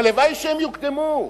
הלוואי שהן יוקדמו,